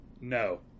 No